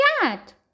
cat